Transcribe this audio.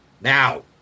Now